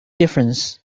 difference